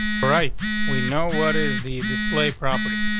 right? we know what is the display property.